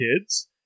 Kids